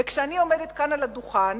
וכשאני עומדת כאן על הדוכן